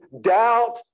doubt